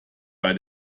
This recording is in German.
bei